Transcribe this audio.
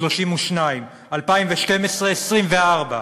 32, 2012, 24,